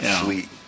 Sweet